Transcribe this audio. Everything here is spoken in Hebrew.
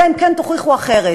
אלא אם כן תוכיחו אחרת.